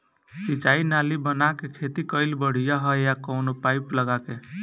सिंचाई नाली बना के खेती कईल बढ़िया ह या कवनो पाइप लगा के?